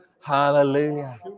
Hallelujah